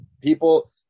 people